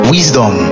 Wisdom